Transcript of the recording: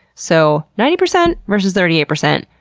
so ninety percent versus thirty eight percent.